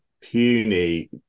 puny